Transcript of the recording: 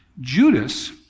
Judas